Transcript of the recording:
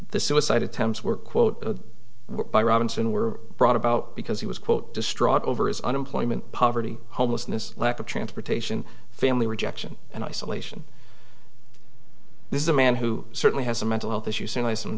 the suicide attempts were quote by robinson were brought about because he was quote distraught over his unemployment poverty homelessness lack of transportation family rejection and isolation this is a man who certainly has a mental health issue certainly some